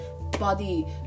Body